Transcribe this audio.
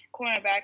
cornerback